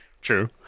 True